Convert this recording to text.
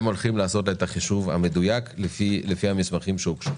הם הולכים לעשות את החישוב המדויק לפי המסמכים שהוגשו.